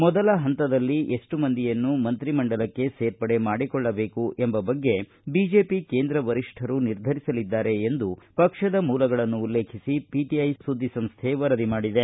ಮೊದಲ ಹಂತದಲ್ಲಿ ಎಷ್ಟು ಮಂದಿಯನ್ನು ಮಂತ್ರಿಮಂಡಲಕ್ಷೆ ಸೇರ್ಪಡೆ ಮಾಡಿಕೊಳ್ಳಬೇಕು ಎಂಬ ಬಗ್ಗೆ ಬಿಜೆಪಿ ಕೇಂದ್ರ ವರಿಷ್ಕರು ನಿರ್ಧರಿಸಲಿದ್ದಾರೆ ಎಂದು ಪಕ್ಷದ ಮೂಲಗಳನ್ನು ಉಲ್ಲೇಖಿಸಿ ಪಿಟಐ ಸುದ್ಗಿ ಸಂಸ್ನೆ ವರದಿ ಮಾಡಿದೆ